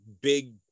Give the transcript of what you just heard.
big